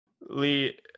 Lee